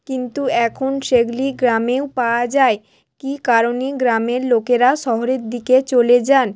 কিন্তু এখন সেগুলি গ্রামেও পাওয়া যায় কী কারণে গ্রামের লোকেরা শহরের দিকে চলে যান